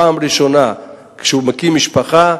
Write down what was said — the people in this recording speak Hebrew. פעם ראשונה שהוא מקים משפחה,